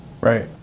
Right